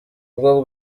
bwo